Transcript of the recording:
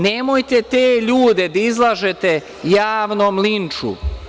Nemojte te ljude da izlažete javnom linču.